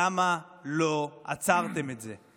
למה לא עצרתם את זה?